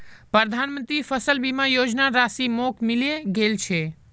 प्रधानमंत्री फसल बीमा योजनार राशि मोक मिले गेल छै